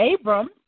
Abram